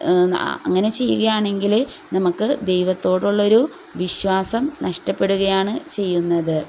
അങ്ങനെ ചെയ്യുകയാണെങ്കിൽ നമുക്ക് ദൈവത്തോടുള്ളൊരു വിശ്വാസം നഷ്ടപ്പെടുകയാണ് ചെയ്യുന്നത്